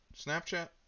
Snapchat